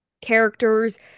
characters